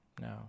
no